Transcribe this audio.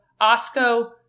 osco